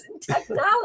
technology